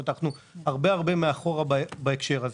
כלומר אנחנו רחוק מאחור בהקשר הזה,